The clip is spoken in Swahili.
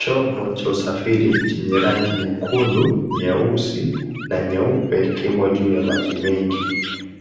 Chombo cha usafiri chenye rangi nyekundu, nyeusi na nyeupe kimo juu ya maji mengi.